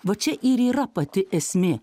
va čia ir yra pati esmė